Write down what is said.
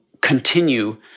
continue